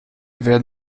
werden